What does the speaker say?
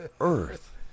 earth